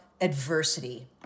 adversity